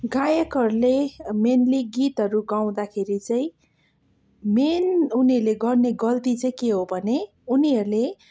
गायकहरले mainly गीतहरू गाउँदाखेरि चाहिँ मेन उनीहरूले गर्ने गल्ती चाहिँ के हो भने उनीहरूले